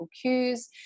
cues